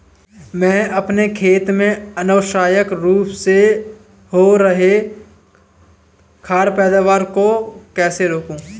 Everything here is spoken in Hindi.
मैं अपने खेत में अनावश्यक रूप से हो रहे खरपतवार को कैसे रोकूं?